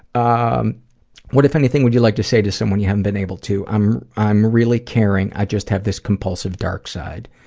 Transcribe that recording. ah what, if anything, would you like to say to someone you haven't been able to? i'm i'm really caring, i just have this compulsive dark side.